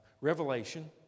Revelation